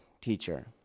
teacher